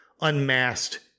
unmasked